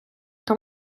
там